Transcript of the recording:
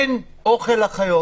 אין אוכל לחיות.